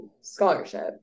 scholarship